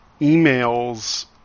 emails